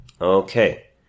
Okay